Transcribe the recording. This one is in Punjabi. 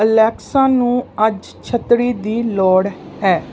ਅਲੈਕਸਾ ਨੂੰ ਅੱਜ ਛਤਰੀ ਦੀ ਲੋੜ ਹੈ